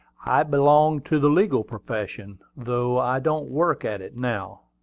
i belong to the legal profession, though i don't work at it now.